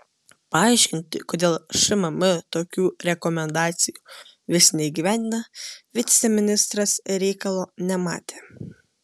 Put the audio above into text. paaiškinti kodėl šmm tokių rekomendacijų vis neįgyvendina viceministras reikalo nematė